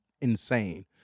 insane